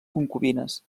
concubines